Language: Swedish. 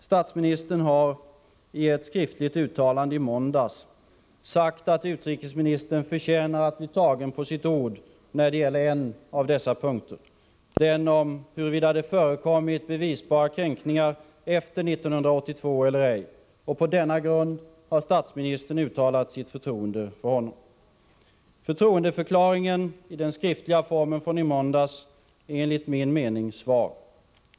Statsministern har i ett skriftligt uttalande i måndags sagt att utrikesministern förtjänar att bli tagen på sitt ord när det gäller en av dessa punkter — den om huruvida det förekommit bevisbara kränkningar efter 1982 eller ej. På denna grund har statsministern uttalat sitt förtroende för honom. Förtroendeförklaringen i skriftlig form från i måndags är enligt min mening svag.